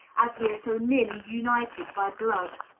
as we are so nearly united by blood.